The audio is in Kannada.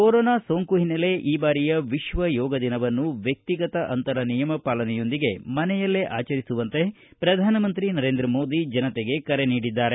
ಕೊರೊನಾ ಸೋಂಕು ಹಿನ್ನೆಲೆ ಈ ಬಾರಿಯ ವಿಶ್ವಯೋಗ ದಿನವನ್ನು ವ್ವಕ್ತಿಗತ ಅಂತರ ನಿಯಮ ಪಾಲನೆಯೊಂದಿಗೆ ಮನೆಯಲ್ಲೇ ಆಚರಿಸುವಂತೆ ಪ್ರಧಾನಮಂತ್ರಿ ನರೇಂದ್ರ ಮೊದಿ ಜನತೆಗೆ ಕರೆ ನೀಡಿದ್ದಾರೆ